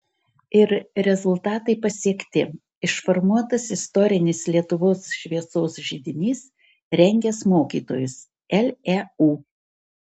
ir rezultatai pasiekti išformuotas istorinis lietuvos šviesos židinys rengęs mokytojus leu